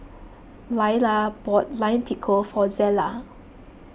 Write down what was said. Laila bought Lime Pickle for Zella